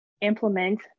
implement